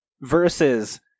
versus